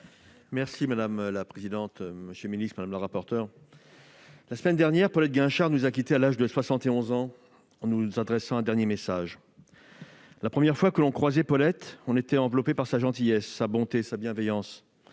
Madame la présidente, monsieur le ministre, mes chers collègues, la semaine dernière, Paulette Guinchard-Kunstler nous a quittés à l'âge de 71 ans, en nous adressant un dernier message. La première fois que l'on croisait Paulette, on était enveloppé par sa gentillesse, sa bonté, sa bienveillance,